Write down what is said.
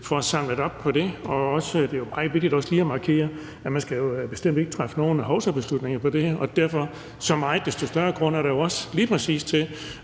får samlet op på det. Det er jo meget vigtigt også lige at markere, at man bestemt ikke skal træffe nogle hovsabeslutninger om det her, og derfor er der så meget desto større grund til lige præcis at